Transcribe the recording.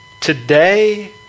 Today